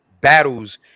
battles